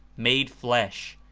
made flesh,